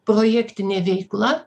projektinė veikla